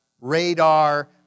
radar